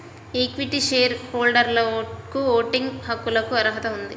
equity share హోల్డర్లకుఓటింగ్ హక్కులకుఅర్హత ఉంది